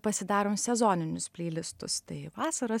pasidarom sezoninius pleilistus tai vasaros